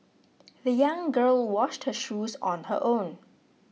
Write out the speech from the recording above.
the young girl washed her shoes on her own